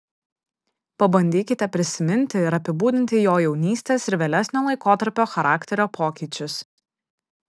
pabandykite prisiminti ir apibūdinti jo jaunystės ir vėlesnio laikotarpio charakterio pokyčius